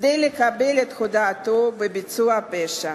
כדי לקבל את הודאתו בביצוע הפשע.